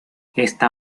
esta